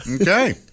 Okay